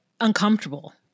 uncomfortable